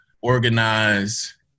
organize